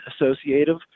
associative